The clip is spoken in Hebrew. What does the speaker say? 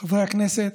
חברי הכנסת,